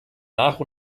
nach